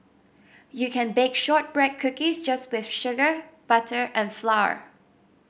you can bake shortbread cookies just with sugar butter and flour